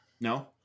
No